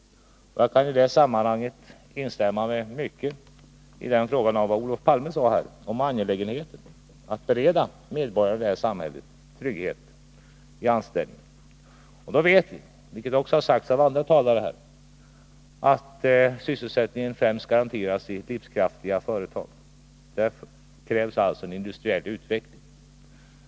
Jag kan i det sammanhanget instämma i mycket av vad Olof Palme sade om det angelägna i att bereda medborgarna i det här samhället trygghet i anställningen. Då vi vet, vilket också har sagts av andra talare här, att sysselsättningen främst garanteras i livskraftiga företag, krävs alltså en industriell utveckling.